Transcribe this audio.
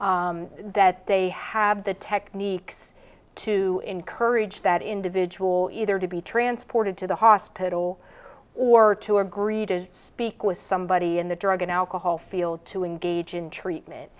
that they have the techniques to encourage that individual either to be transported to the hospital or to agree to speak with somebody in the drug and alcohol field to engage in treatment